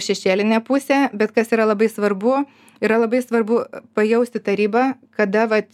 šešėlinę pusę bet kas yra labai svarbu yra labai svarbu pajausti tą ribą kada vat